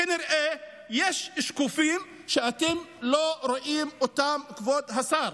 כנראה יש שקופים שאתם לא רואים, כבוד השר.